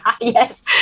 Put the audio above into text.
Yes